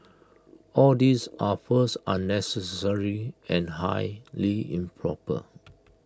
all these are first unnecessary and highly improper